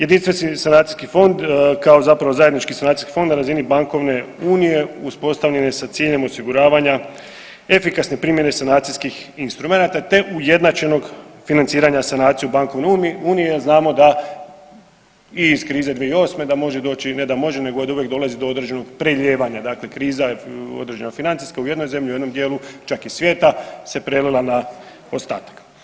Jedinstven sanacijski fond kao zapravo zajednički fond na razini bankovne unije uspostavljen je sa ciljem osiguravanja efikasne primjene sanacijskih instrumenata te ujednačenog financiranja sanacija u bankovnoj uniji, a znamo da i iz krize 2008. da može doći, ne da može nego da uvijek dolazi do određenog prelijevanja dakle kriza određena financijska u jednoj zemlji u jednom dijelu čak i svijeta se prelila na ostatak.